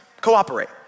Cooperate